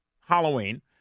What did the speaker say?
Halloween